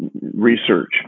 research